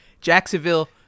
Jacksonville